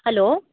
hello